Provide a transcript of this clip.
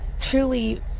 Truly